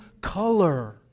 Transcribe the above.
color